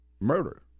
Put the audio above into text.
murder